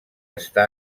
està